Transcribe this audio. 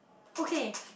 okay